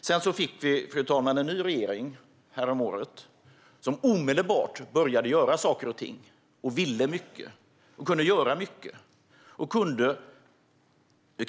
Sedan fick vi häromåret en ny regering, fru talman, som omedelbart började göra saker och ting. Detta var en regering som ville mycket och som kunde göra mycket.